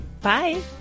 Bye